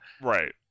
Right